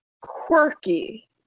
quirky